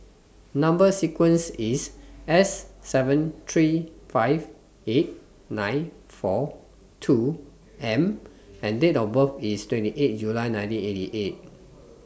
Number sequence IS S seven three five eight nine four two M and Date of birth IS twenty eight July nineteen eighty eight